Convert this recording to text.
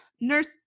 nurse